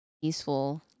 peaceful